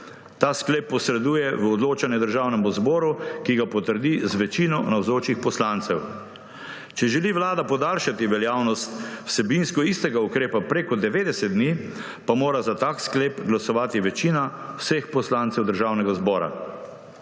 Ta sklep posreduje v odločanje Državnemu zboru, ki ga potrdi z večino navzočih poslancev. Če želi Vlada podaljšati veljavnost vsebinsko istega ukrepa prek 90 dni, pa mora za tak sklep glasovati večina vseh poslancev Državnega zbora.